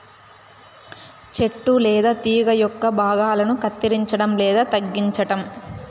చెట్టు లేదా తీగ యొక్క భాగాలను కత్తిరించడం లేదా తగ్గించటం